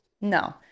no